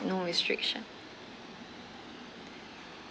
no restriction